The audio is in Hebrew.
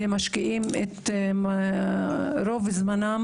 ומשקיעים את רוב זמנם